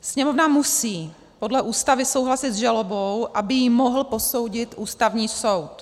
Sněmovna musí podle Ústavy souhlasit s žalobou, aby ji mohl posoudit Ústavní soud.